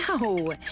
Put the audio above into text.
No